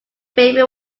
baby